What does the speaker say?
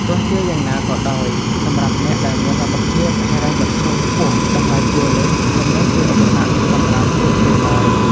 ទោះជាយ៉ាងណាក៏ដោយសម្រាប់អ្នកដែលមានលទ្ធភាពហិរញ្ញវត្ថុខ្ពស់តម្លៃជួលនេះមិនមែនជាឧបសគ្គសម្រាប់ពួកគេឡើយ។